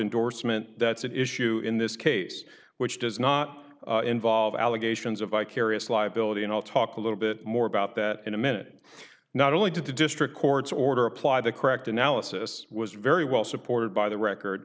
indorsement that's at issue in this case which does not involve allegations of vicarious liability and i'll talk a little bit more about that in a minute not only to the district court's order apply the correct analysis was very well supported by the record